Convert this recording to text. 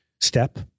step